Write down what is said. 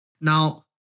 Now